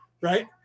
Right